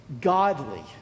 godly